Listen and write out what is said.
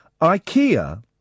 IKEA